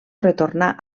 retornà